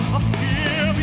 appear